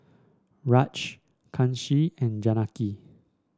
Raj Kanshi and Janaki